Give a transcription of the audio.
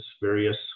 various